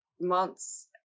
months